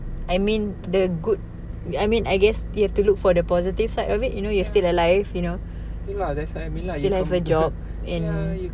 ya that's what I mean lah ya